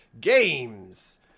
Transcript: games